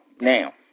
Now